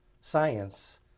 science